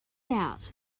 out